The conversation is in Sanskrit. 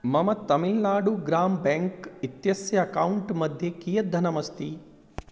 मम तमिल्नाडुः ग्रामः ब्याङ्क् इत्यस्य अकौण्ट्मध्ये कियत् धनमस्ति